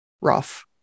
rough